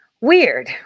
weird